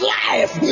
life